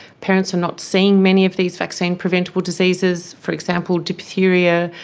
parents are not seeing many of these vaccine preventable diseases, for example diphtheria,